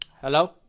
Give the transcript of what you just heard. Hello